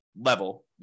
level